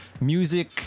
music